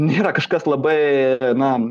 nėra kažkas labai na